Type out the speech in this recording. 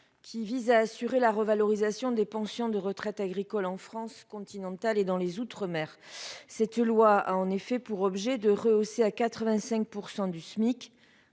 2020 visant à assurer la revalorisation des pensions de retraite agricoles en France continentale et dans les outre-mer. En effet, cette loi a pour objet de rehausser à 85 % du Smic,